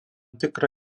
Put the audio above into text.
tikrą